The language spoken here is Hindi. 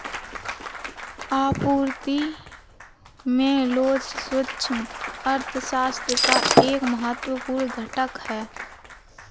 आपूर्ति में लोच सूक्ष्म अर्थशास्त्र का एक महत्वपूर्ण घटक है